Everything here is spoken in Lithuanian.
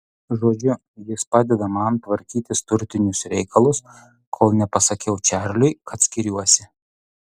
žodžiu jis padeda man tvarkytis turtinius reikalus kol nepasakiau čarliui kad skiriuosi